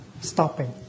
stopping